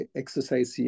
exercise